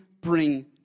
bring